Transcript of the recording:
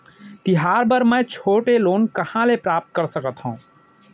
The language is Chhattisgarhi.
तिहार बर मै छोटे लोन कहाँ ले प्राप्त कर सकत हव?